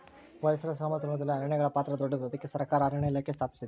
ಪರಿಸರ ಸಮತೋಲನದಲ್ಲಿ ಅರಣ್ಯಗಳ ಪಾತ್ರ ದೊಡ್ಡದು, ಅದಕ್ಕೆ ಸರಕಾರ ಅರಣ್ಯ ಇಲಾಖೆ ಸ್ಥಾಪಿಸಿದೆ